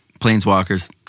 Planeswalkers